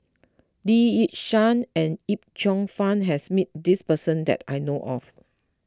Lee Yi Shyan and Yip Cheong Fun has met this person that I know of